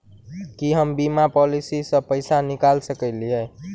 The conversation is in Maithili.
की हम बीमा पॉलिसी सऽ पैसा निकाल सकलिये?